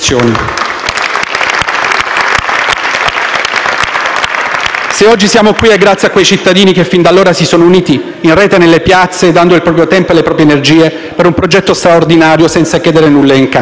Se oggi siamo qui è grazie a quei cittadini che, fin da allora, si sono uniti, in rete e nelle piazze, dando il proprio tempo e le proprie energie, per un progetto straordinario senza chiedere nulla in cambio.